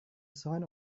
sign